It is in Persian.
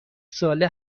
ساله